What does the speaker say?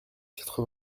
quatre